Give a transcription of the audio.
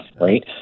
right